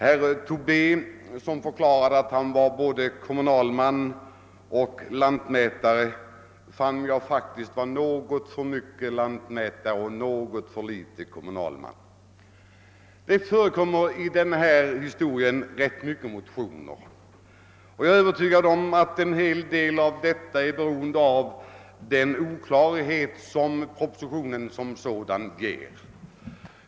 Herr Tobé, som förklarade att han var både kommunalman och lantmätare, fann jag faktiskt vara något för mycket lantmätare och något för litet kommunalman. Det förekommer ganska många motioner i förevarande ärende. Jag är övertygad om att detta till stor del beror på den oklarhet som propositionen som sådan ger upphov till.